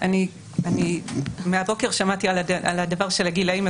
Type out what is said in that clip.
בבוקר שמעתי על הגילאים,